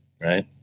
right